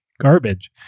garbage